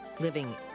Living